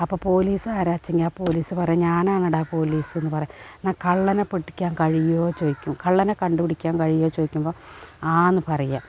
അപ്പം പോലീസാരാച്ചെങ്കിൽ ആ പോലീസ് പറയും ഞാനാണെടാ പോലീസെന്നു പറയും എന്ന കള്ളനെ പിടിക്കാൻ കഴിയുമോ ചോദിക്കും കള്ളനെ കണ്ടു പിടിക്കാൻ കഴിയുമോ ചോദിക്കുമ്പം ആന്ന് പറയുക